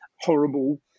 horrible